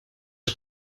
iyi